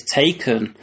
taken